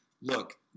look